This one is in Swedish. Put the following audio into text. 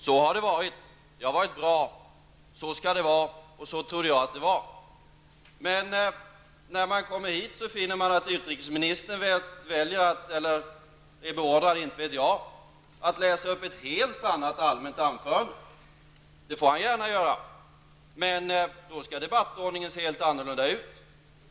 Så har det varit, och det har varit bra. Så skall det vara, och så trodde jag att det var. Men när man väl kommer hit finner man att utrikesministern väljer -- eller är beordrad, vad vet jag -- att läsa upp ett helt annat allmänt anförande. Det får han gärna göra, men då skall debattordningen se helt annorlunda ut.